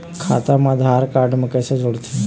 खाता मा आधार कारड मा कैसे जोड़थे?